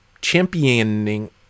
championing